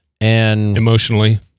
Emotionally